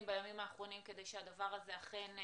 בימים האחרונים כדי שהדבר הזה אכן יתוקן.